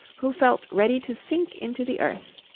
who felt ready to sink into the earth.